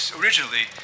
originally